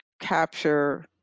capture